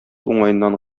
уңаеннан